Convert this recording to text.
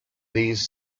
these